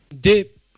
Dip